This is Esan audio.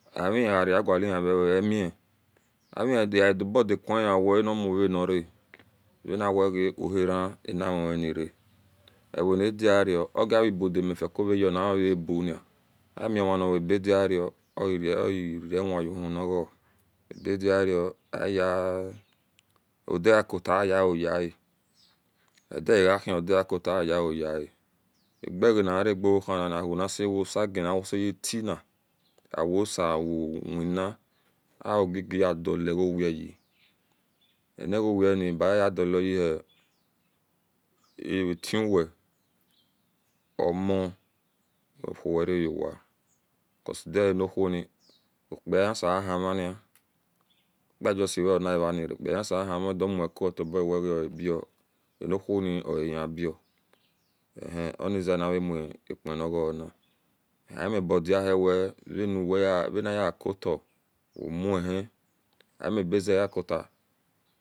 Aveiga aragegalina reo emi aveiya dobodakhe owanimuve nara vaniwi ohe-eran ole-ena uhon-lenia owhonidio ogiebudime rafcorabuni amima nawiebe niro okreei uhu nago abedie aye odegako ta ayae ediahian odegakto ayioyea ageganiyerego uhohnina nawho-esa genisi gotina owosawo wina owogie ayedile goweyi anagaweni bahidulanie akiuwe omo owno niwera yowa because die-anownoni okpi-kpa hiesabo ahireni okpi kpa justi we onihireni re, okpi-kpa hesebo ahimani odumu kuotoboawe iabio ano uhoni oaye bio eih onize anavamuke nagonin ernbodiwe aniyekota womuhi ami ebezi ze egakota